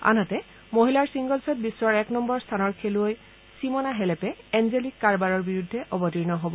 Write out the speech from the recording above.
আনহাতে মহিলাৰ ছিংগলছত বিশ্বৰ এক নম্বৰ স্থানৰ খেলুৱৈ ছিমনা হেলেপে এঞ্জেলিক কাৰবাৰৰ বিৰুদ্ধে অৱতীৰ্ণ হব